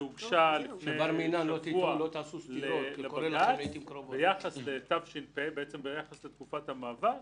שהוגשה לפני שבוע לבג"צ ביחס לתקופת המעבר